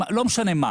לא משנה מה,